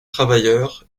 travailleurs